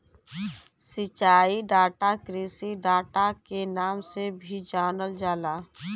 सिंचाई डाटा कृषि डाटा के नाम से भी जानल जाला